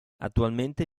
attualmente